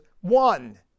one